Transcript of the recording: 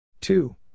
Two